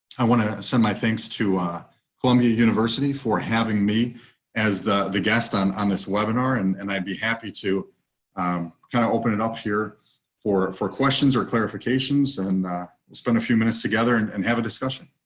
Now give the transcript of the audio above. i want to send my thanks to columbia university for having me as the the guest on on this webinar and and i'd be happy to. scott tillema kind of open it up here for for questions or clarifications and spend a few minutes together and and have a discussion.